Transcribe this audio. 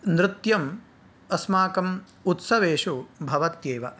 नृत्यम् अस्माकम् उत्सवेषु भवत्येव